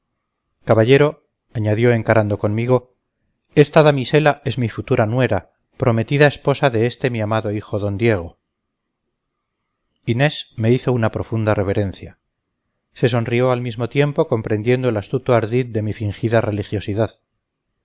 caballero añadió encarando conmigo esta damisela es mi futura nuera prometida esposa de este mi amado hijo don diego inés me hizo una profunda reverencia se sonrió al mismo tiempo comprendiendo el astuto ardid de mi fingida religiosidad